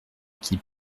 qui